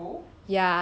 ya